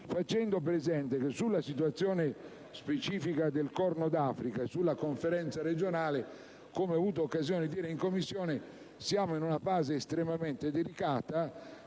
facendo presente che, sulla situazione specifica del Corno d'Africa e sulla Conferenza regionale, come ho avuto occasione di dire in Commissione, siamo in una fase estremamente delicata.